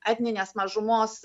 etninės mažumos